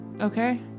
Okay